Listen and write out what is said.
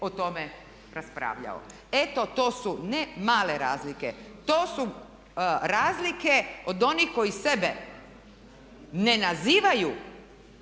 o tome raspravljao. Eto to su ne male razlike, to su razlike od onih koji sebe ne nazivaju,